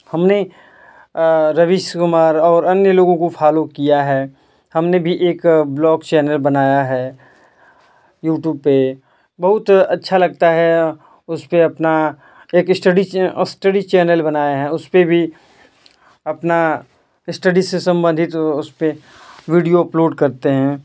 हमने रवीश कुमार और अन्य लोगों को फॉलो किया है हमने भी एक ब्लॉक चैनल बनाया है यूट्यूब पर बहुत अच्छा लगता है उस पर अपना एक स्टडीस स्टडीस चैनल बनाया है उस पर भी अपना स्टडी से संबंधित उस पर वीडियो अपलोड करते हैं